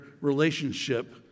relationship